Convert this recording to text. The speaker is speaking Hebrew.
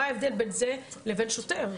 מה ההבדל בין זה לבין שוטר?